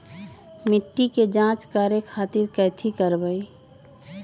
मिट्टी के जाँच करे खातिर कैथी करवाई?